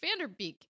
Vanderbeek